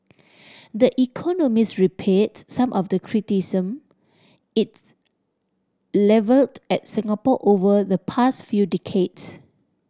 the Economist repeats some of the criticism it levelled at Singapore over the past few decade